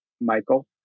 Michael